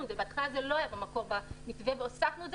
במקור זה לא היה במתווה והוספנו את זה